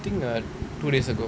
I think uh two days ago